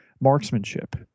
marksmanship